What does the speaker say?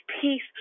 peace